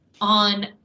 on